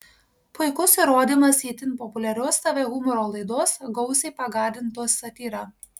puikus įrodymas itin populiarios tv humoro laidos gausiai pagardintos satyra